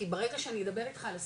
כי ברגע שאני אדבר איתך על הסבסוד,